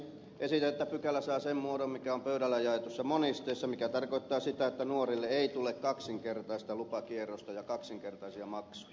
esitän että pykälä saa sen muodon mikä on pöydille jaetussa monisteessa mikä tarkoittaa sitä että nuorille ei tule kaksinkertaista lupakierrosta ja kaksinkertaisia maksuja